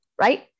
Right